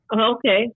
Okay